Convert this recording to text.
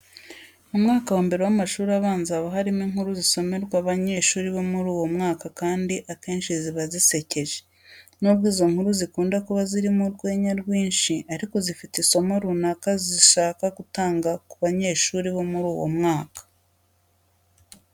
Mu mwaka wa mbere w'amashuri abanza haba harimo inkuru zisomerwa abanyeshuri bo muri uwo mwaka kandi akenshi ziba zisekeje. Nubwo izo nkuru zikunda kuba zirimo urwenya rwinshi ariko zifite isomo runaka zishaka gutanga ku banyeshuri bo muri uwo mwaka.